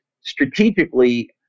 strategically